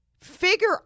figure